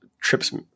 trips